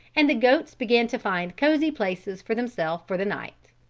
and the goats began to find cozy places for themselves for the night.